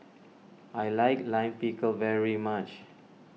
I like Lime Pickle very much